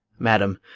madam,